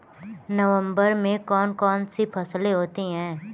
नवंबर में कौन कौन सी फसलें होती हैं?